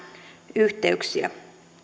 yhteyksiä